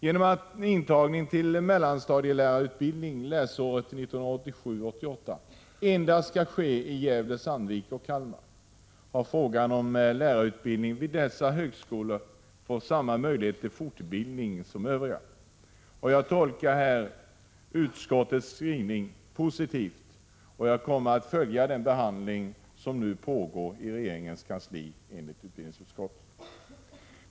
Genom att intagning till mellanstadielärarutbildningen läsåret 1987/88 endast skall ske i Gävle-Sandviken och Kalmar har frågan ställts om de elever som genomgår lärarutbildningarna vid dessa högskolor får samma möjligheter till fortbildning som övriga. Jag tolkar utskottets skrivning positivt, och jag kommer att följa den behandling som enligt utbildningsutskottet nu pågår i regeringens kansli.